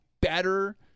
better